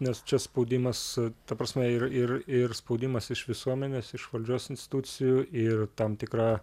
nes čia spaudimas ta prasme ir ir ir spaudimas iš visuomenės iš valdžios institucijų ir tam tikra